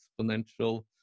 exponential